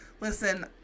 Listen